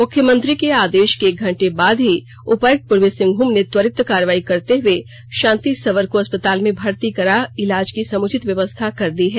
मुख्यमंत्री के आदेश के एक घंटे बाद ही उपायुक्त पूर्वी सिंहभूम ने त्वरित कार्रवाई करते हुए शांति सबर को अस्पताल में भर्ती करा इलाज की समूचित व्यवस्था कर दी है